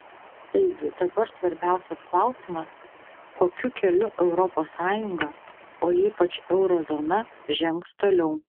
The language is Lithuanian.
taigi dabar svarbiausias klausimas kokiu keliu europos sąjunga o ypač euro zona žengs toliau